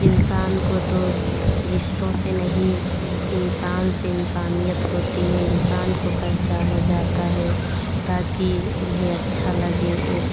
इन्सान को तो रिश्तों से नहीं इंसान से इन्सानियत होती है इंसान को पहचाना जाता है ताकी उन्हें अच्छा लगे एक